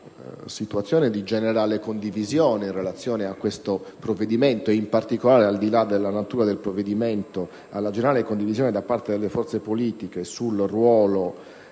situazione di generale condivisione su questo provvedimento e in particolare, al di là della natura del provvedimento, della generale condivisione da parte delle forze politiche sul ruolo